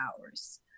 hours